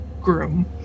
groom